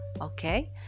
okay